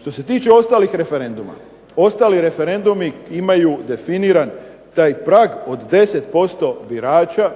Što se tiče ostalih referenduma, ostali referendumi imaju definiran taj prag od 10% birača